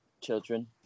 children